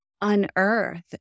Unearth